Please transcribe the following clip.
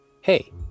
hey